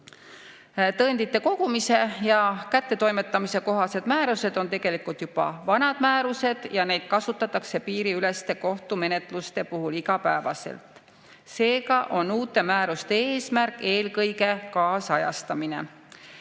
Tõendite kogumise ja kättetoimetamise kohased määrused on tegelikult juba vanad määrused ja neid kasutatakse piiriüleste kohtumenetluste puhul iga päev. Seega on uute määruste eesmärk eelkõige kaasajastamine.